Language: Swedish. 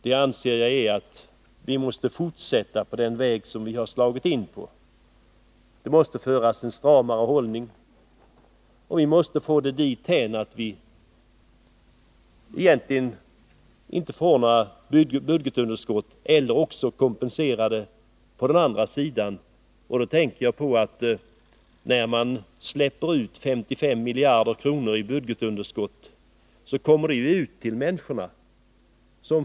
Jag anser att vi måste fortsätta på den väg vi slagit in på. Det måste föras en stramare politik, och vi måste få det dithän att vi egentligen inte får några budgetunderskott eller också kompensera det på den andra sidan. När vi släpper ut 55 miljarder som budgetunderskott kommer det ju människorna till godo.